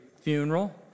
funeral